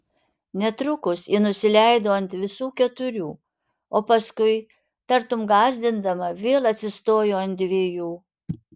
netrukus ji nusileido ant visų keturių o paskui tartum gąsdindama vėl atsistojo ant dviejų